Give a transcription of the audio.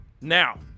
Now